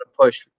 push